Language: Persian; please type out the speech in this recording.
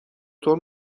طور